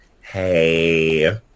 Hey